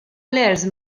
plejers